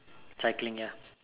cycling ya